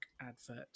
advert